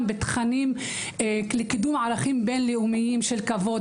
בתכנים לקידום ערכים בין- לאומיים של כבוד,